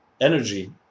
energy